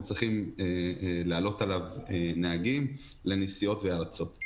צריכים להעלות עליו נהגים לנסיעות ולהרצות.